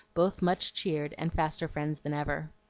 both much cheered, and faster friends than ever.